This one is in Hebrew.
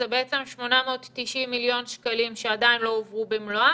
זה בעצם 890 מיליון שקלים שעדיין לא הועברו במלואם